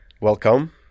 welcome